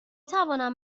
توانم